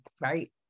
right